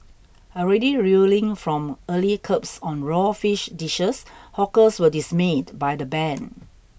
already reeling from early curbs on raw fish dishes hawkers were dismayed by the ban